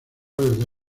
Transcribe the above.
desde